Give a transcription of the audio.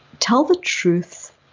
tell the truth,